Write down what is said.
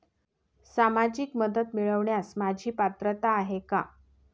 सामाजिक मदत मिळवण्यास माझी पात्रता आहे का?